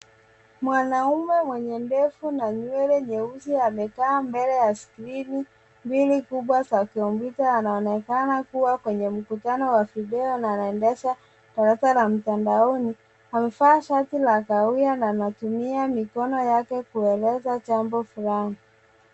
Mwanaume mwenye ndevu na nywele nyeusi amekaa mbele ya skrini mbili kubwa za kompyuta. Anaonekana kuwa kwenye mkutano wa video na anaendesha darasa la mtandaoni. Amevaa shati la kahawia na anatumia mikono yake kueleza jambo fulani.